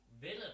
Villain